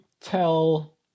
tell